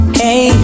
hey